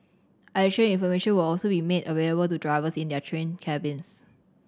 additional information will also be made available to drivers in their train cabins